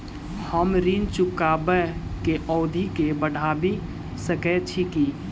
हम ऋण चुकाबै केँ अवधि केँ बढ़ाबी सकैत छी की?